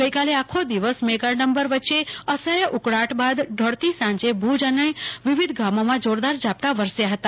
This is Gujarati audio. ગઈકાલે આખો દિવસ મેઘાડંબર વચ્ચે અસહ્ય ઉકળાટ બાદ ઢળતી સાંજે ભુજ અને તાલુકાના વિવિધ ગામોમાં જોરદાર ઝાપટા વરસ્યા હતા